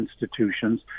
institutions